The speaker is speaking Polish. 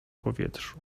powietrzu